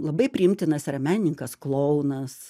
labai priimtinas yra menininkas klounas